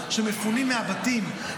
שמפונים מהבתים,